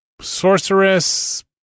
sorceress